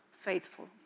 faithful